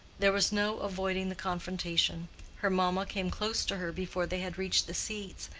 there was no avoiding the confrontation her mamma came close to her before they had reached the seats,